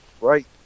Right